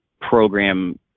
program